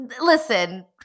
listen